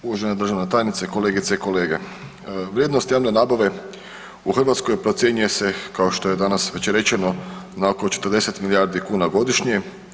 Uvažena državna tajnice, kolegice i kolege, vrijednost javne nabave u Hrvatskoj procjenjuje se kao što je danas već rečeno na oko 40 milijardi kuna godišnje.